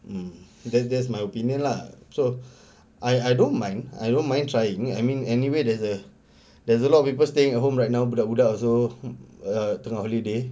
mm that's just my opinion lah so I I don't mind I don't mind trying I mean anyway there's a there's a lot of people staying at home right now budak-budak also err tengah holiday